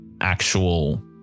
actual